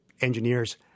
engineers